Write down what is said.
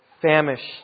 famished